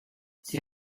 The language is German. die